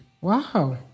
Wow